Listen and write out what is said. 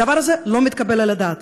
הדבר הזה לא מתקבל על הדעת.